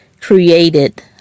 created